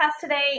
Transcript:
today